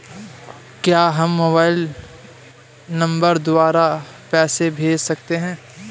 क्या हम mobile number द्वारा पैसे भेज सकते हैं?